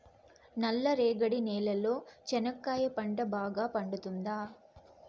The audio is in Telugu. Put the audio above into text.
నల్ల రేగడి నేలలో చెనక్కాయ పంట బాగా పండుతుందా?